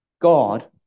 God